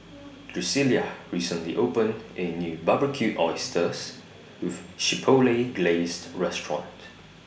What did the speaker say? Drucilla recently opened A New Barbecued Oysters with Chipotle Glazed Restaurant